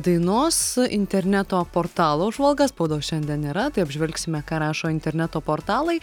dainos interneto portalų apžvalga spaudos šiandien nėra tai apžvelgsime ką rašo interneto portalai